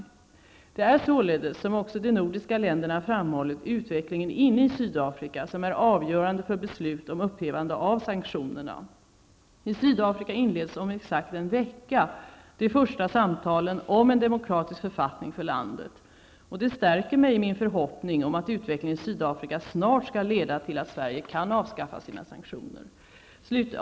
Det är således, som också de nordiska länderna har framhållit, utvecklingen inne i Sydafrika som är avgörande för beslut om upphävande av sanktionerna. I sydafrika inleds om exakt en vecka de första samtalen om en demokratisk författning för landet. Det stärker mig i min förhoppning om att utvecklingen i Sydafrika snart skall leda till att Sverige kan avskaffa sina sanktioner.